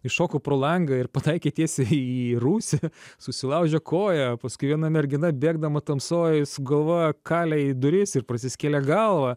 iššoko pro langą ir pataikė tiesiai į rūsį susilaužė koją paskui viena mergina bėgdama tamsoj su galva kalė į duris ir prasiskėlė galvą